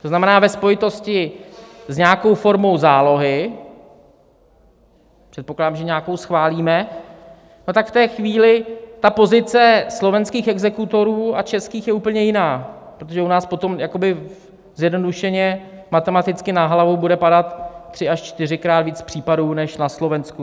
To znamená, ve spojitosti s nějakou formou zálohy předpokládám, že nějakou schválíme tak v té chvíli pozice slovenských exekutorů a českých je úplně jiná, protože u nás potom zjednodušeně matematicky na hlavu bude padat 3krát až 4krát víc případů než na Slovensku.